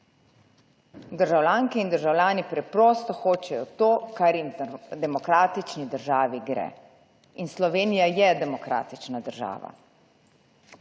Državljanke in državljani preprosto hočejo to, kar jim v demokratični državi gre. In Slovenija je demokratična država.